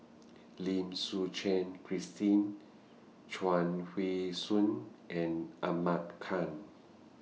Lim Suchen Christine Chuang Hui Tsuan and Ahmad Khan